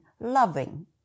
loving